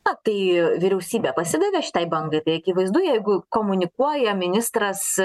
na tai vyriausybė pasidavė šitai bangai tai akivaizdu jeigu komunikuoja ministras